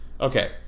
Okay